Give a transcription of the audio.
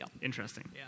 Interesting